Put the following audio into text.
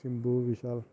Simbu Vishal